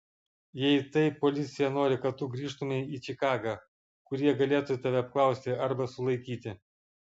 jei taip policija nori kad tu grįžtumei į čikagą kur jie galėtų tave apklausti arba sulaikyti